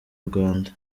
rwanda